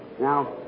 Now